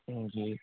جی